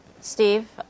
Steve